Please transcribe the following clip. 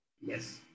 Yes